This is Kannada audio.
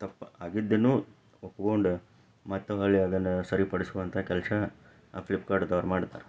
ತಪ್ಪು ಆಗಿದ್ದನ್ನೂ ಒಪ್ಗೊಂಡು ಮತ್ತೆ ಹೊಳ್ಳಿ ಅದನ್ನು ಸರಿ ಪಡಿಸೋ ಅಂಥ ಕೆಲಸ ಆ ಫ್ಲಿಪ್ಕಾರ್ಟ್ದವರು ಮಾಡ್ತಾರೆ